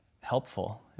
helpful